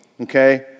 okay